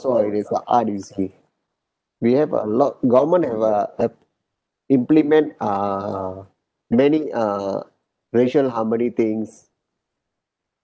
also is the art you see we have a lot government have uh a implement err many err racial harmony things